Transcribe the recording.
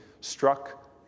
struck